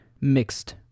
mixed